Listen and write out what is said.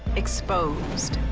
exposed.